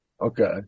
Okay